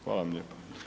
Hvala vam lijepo.